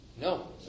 No